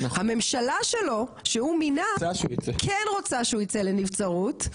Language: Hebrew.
הממשלה שלו שהוא מינה כן רוצה שהוא ייצא לנבצרות,